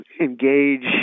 engage